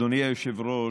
אדוני היושב-ראש,